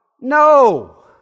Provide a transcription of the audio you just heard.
No